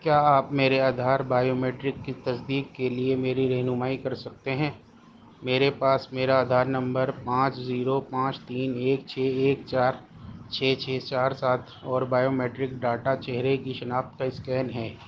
کیا آپ میرے آدھار بائیو میٹرک کی تصدیق کے لیے میری رہنمائی کر سکتے ہیں میرے پاس میرا آدھار نمبر پانچ زیرو پانچ تین ایک چھ ایک چار چھ چھ چار سات اور بائیو میٹرک ڈیٹا چہرے کی شناخت کا اسکین ہے